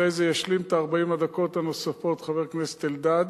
אחרי זה ישלים את 40 הדקות הנוספות חבר הכנסת אלדד,